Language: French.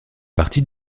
partie